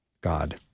God